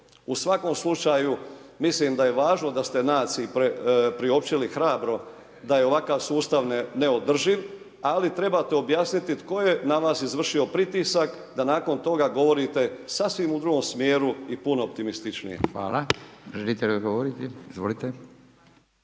U svakom slučaju mislim da je važno da ste naciji priopćili hrabro da je ovakav sustav neodrživ ali trebate objasniti tko je na vas izvršio pritisak da nakon toga govorite sasvim u drugom smjeru i puno optimističnije. **Radin, Furio (Nezavisni)** Hvala.